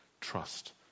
trust